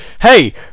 hey